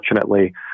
unfortunately